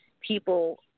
people